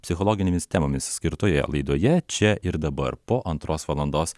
psichologinėmis temomis skirtoje laidoje čia ir dabar po antros valandos